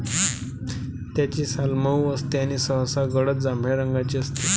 त्याची साल मऊ असते आणि सहसा गडद जांभळ्या रंगाची असते